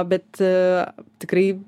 bet tikrai